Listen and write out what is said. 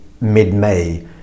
Mid-May